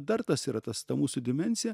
dar tas yra tas ta mūsų dimensija